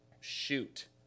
shoot